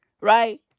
right